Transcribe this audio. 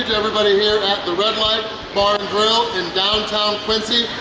ah everybody here at the red light bar and grill in downtown quincy,